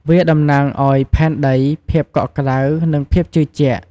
វាតំណាងឱ្យផែនដី ភាពកក់ក្តៅ និងភាពជឿជាក់។